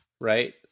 right